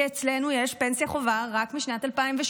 כי אצלנו יש פנסיה חובה רק משנת 2008,